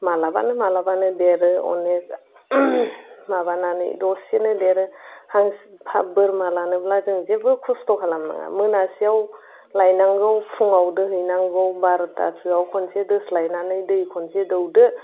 माब्लाबानो माब्लाबानो देरो अनेक माबानानै दसेनो देरो हांसो बोरमा लानोब्ला जोङो जेबो खस्थ' खालाम नाङा मोनासेयाव लायनांगौ फुङाव दोनहैनांगौ बार'थासोआव खनसे दोस्लायनानै दै खनसे दौदो